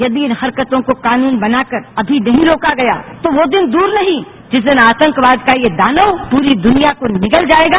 यदि इन हरकतों को कानून बनाकर अभी नहीं रोका गया तो वो दिन दूर नहीं जिस दिन आतंकवाद का ये दानव पूरी दुनिया को निगल जाएगा